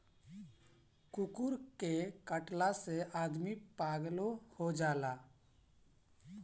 कुकूर के कटला से आदमी पागलो हो जाला